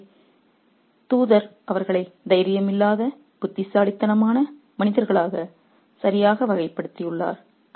எனவே தூதர் அவர்களை தைரியம் இல்லாத புத்திசாலித்தனமான மனிதர்களாக சரியாக வகைப்படுத்தியுள்ளார்